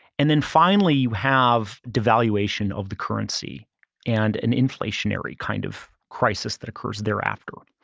and then finally you have devaluation of the currency and an inflationary kind of crisis that occurs thereafter.